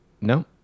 No